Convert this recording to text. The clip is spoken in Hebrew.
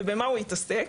ובמה הוא התעסק?